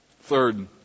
Third